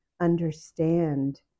understand